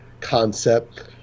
concept